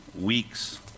weeks